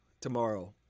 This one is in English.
tomorrow